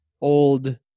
old